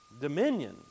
dominion